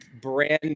brand